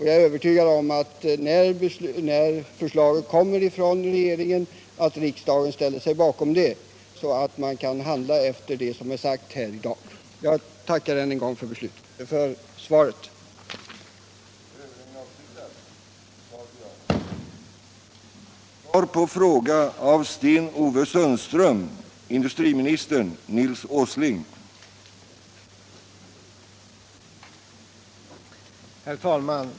Jag är övertygad om att riksdagen kommer att ställa — trygga bilföretaget sig bakom förslaget när det kommer från regeringen. Matrecos utbygg Jag tackar än en gång för svaret. nadsplaner i Luleå